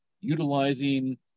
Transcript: utilizing